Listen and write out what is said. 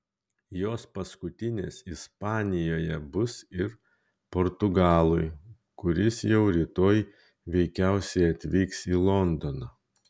jos paskutinės ispanijoje bus ir portugalui kuris jau rytoj veikiausiai atvyks į londoną